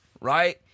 right